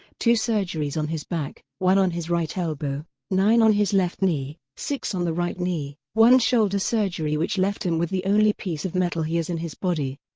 two surgeries on his back, one on his right elbow, nine on his left knee, six on the right knee, one shoulder surgery which left him with the only piece of metal he has in his body.